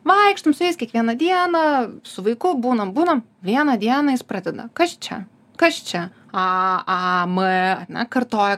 vaikštom su jais kiekvieną dieną su vaiku būnam būnam vieną dieną jis pradeda kas čia kas čia a a m ar ne kartoja